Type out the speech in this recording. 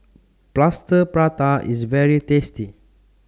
Plaster Prata IS very tasty